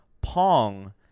Pong